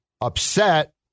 upset